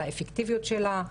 על האפקטיביות שלה,